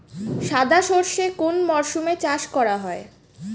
সাদা সর্ষে কোন মরশুমে চাষ করা হয়?